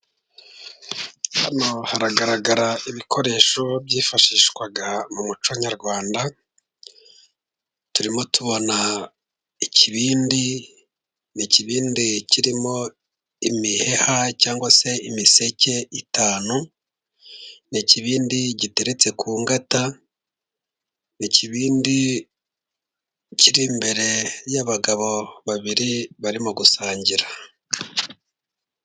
Hano haragaragara ibikoresho byifashishwaga mu muco nyarwanda turimo tubona ikibindi ni ikibindi kirimo imiheha cyangwa se imiseke itanu. Ni ikibindi giteretse ku ngata ikibindi kiri imbere y'abagabo babiri barimo gusangira.